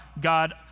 God